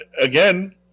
again